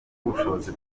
ubushobozi